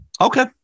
okay